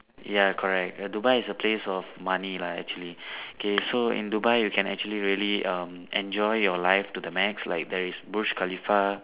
ya correct ya Dubai is a place of money lah actually okay so in Dubai you can actually really um enjoy your life to the max like there is Burj-Khalifa